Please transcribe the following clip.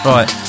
Right